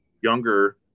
younger